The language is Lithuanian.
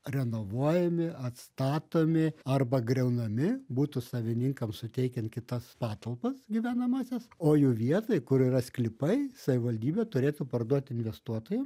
renovuojami atstatomi arba griaunami butų savininkam suteikiant kitas patalpas gyvenamąsias o jų vietoj kur yra sklypai savivaldybė turėtų parduot investuotojams